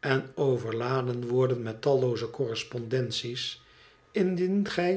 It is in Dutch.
en overladen worden met tallopze correspondenties indien gij